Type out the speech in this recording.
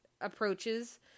approaches